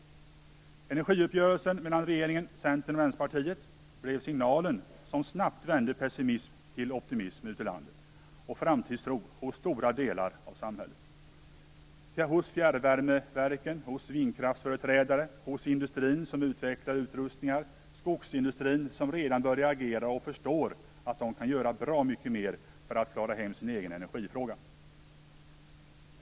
Energiuppgörelsen mellan regeringen, Centern och Vänsterpartiet blev signalen som snabbt vände pessimism till optimism ute i landet. Det uppstod en framtidstro hos stora delar av samhället - hos fjärrvärmeverken, hos vindkraftsföreträdarna, hos industrin som utvecklar utrustning och hos skogsindustrin som redan börjar agera och som förstår att de kan göra bra mycket mer för att klara sin egen energifråga.